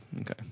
Okay